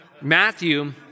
Matthew